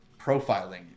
profiling